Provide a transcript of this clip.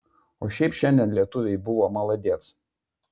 o šiaip šiandien lietuviai buvo maladėc